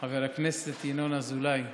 חבר הכנסת ינון אזולאי,